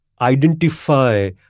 identify